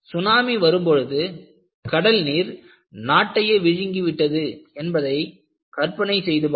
tsunami வரும் பொழுது கடல் நீர் நாட்டையே விழுங்கிவிட்டது என்பதை கற்பனை செய்து பாருங்கள்